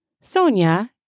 Sonia